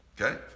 Okay